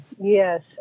Yes